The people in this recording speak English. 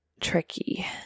tricky